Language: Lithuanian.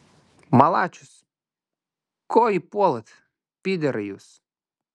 malačius ko jį puolat pyderai jūs